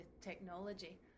technology